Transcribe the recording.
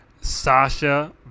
Sasha